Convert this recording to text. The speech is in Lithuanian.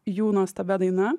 jų nuostabia daina